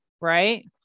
right